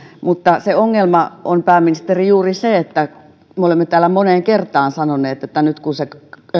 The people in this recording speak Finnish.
mutta se ongelma on pääministeri juuri se kuten me olemme täällä moneen kertaan sanoneet että nyt kun se